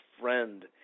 friend